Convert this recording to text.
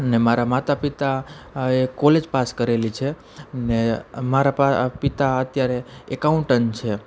ને મારાં માતા પિતા એ કોલેજ પાસ કરેલી છે ને મારા પિતા અત્યારે એકાઉન્ટન છે